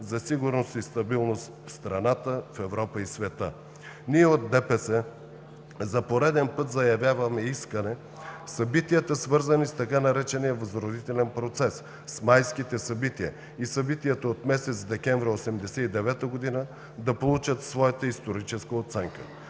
за сигурност и стабилност в страната, в Европа и в света. Ние от ДПС за пореден път заявяваме искане събитията, свързани с така наречения „възродителен процес“, с майските събития и събитията от месец декември 1989 г., да получат своята историческа оценка.